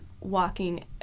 walking